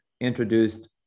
introduced